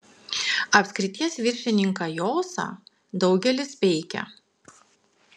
apskrities viršininką josą daugelis peikia